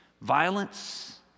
Violence